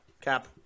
Cap